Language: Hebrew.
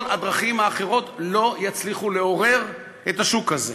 כל הדרכים האחרות לא יצליחו לעורר את השוק הזה.